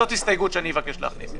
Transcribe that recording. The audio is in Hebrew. זאת הסתייגות שאני אבקש להכניס.